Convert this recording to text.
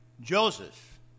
Joseph